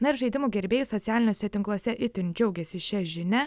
na ir žaidimų gerbėjai socialiniuose tinkluose itin džiaugiasi šia žinia